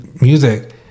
music